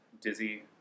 Dizzy